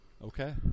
Okay